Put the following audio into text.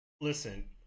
Listen